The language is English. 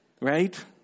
Right